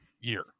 year